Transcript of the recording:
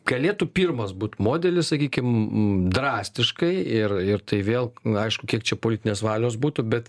galėtų pirmas būt modelis sakykim drastiškai ir ir tai vėl na aišku kiek čia politinės valios būtų bet